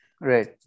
Right।